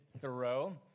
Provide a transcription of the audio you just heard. Thoreau